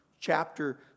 chapter